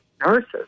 nurses